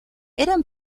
eran